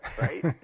Right